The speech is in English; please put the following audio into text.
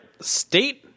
State